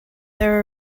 there